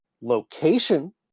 location